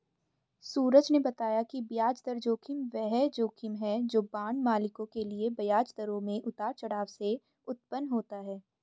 सूरज ने बताया कि ब्याज दर जोखिम वह जोखिम है जो बांड मालिकों के लिए ब्याज दरों में उतार चढ़ाव से उत्पन्न होता है